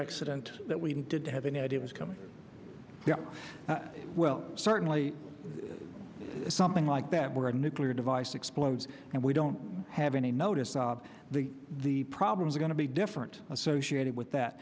accident that we didn't have any idea was coming you know well certainly something like that where a nuclear device explodes and we don't have any notice of the the problems are going to be different associated with that